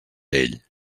ell